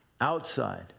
outside